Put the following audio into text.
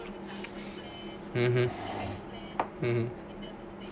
(uh huh)